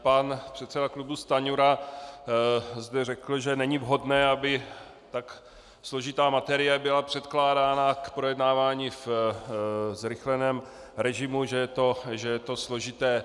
Pan předseda klubu Stanjura zde řekl, že není vhodné, aby tak složitá materie byla předkládána k projednávání ve zrychleném režimu, že je to složité.